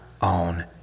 on